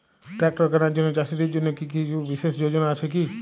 Tractor কেনার জন্য চাষীদের জন্য কী কিছু বিশেষ যোজনা আছে কি?